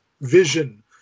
vision